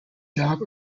job